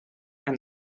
and